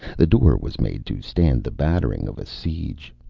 the door was made to stand the battering of a siege.